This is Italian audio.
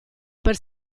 per